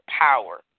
power